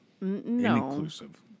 Inclusive